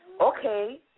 okay